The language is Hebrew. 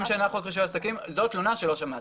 60 שנה חוק רישוי עסקים, זו תלונה שלא שמעתי.